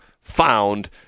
found